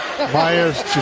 Myers